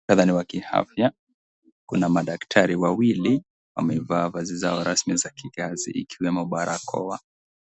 Muktadha ni wa kiafya, kuna madaktari wawili, wamevaa vazi zao rasmi za kikazi ikiwemo barakoa.